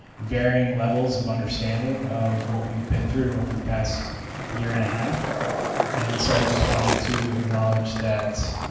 varying levels of understanding of what we've been through over the past year and a half and so i just wanted to acknowledge that